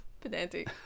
pedantic